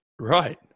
Right